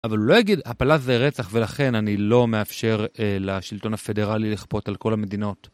אבל הוא לא אגיד, הפלה זה רצח ולכן אני לא מאפשר לשלטון הפדרלי לכפות על כל המדינות.